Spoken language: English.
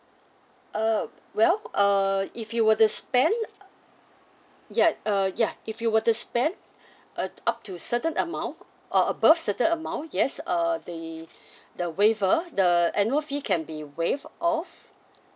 uh well uh if you were to spend ya uh ya if you were to spend uh up to certain amount or above certain amount yes uh the the waiver the annual fee can be waived off